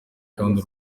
kandi